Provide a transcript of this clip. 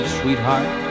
sweetheart